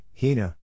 Hina